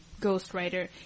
ghostwriter